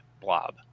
blob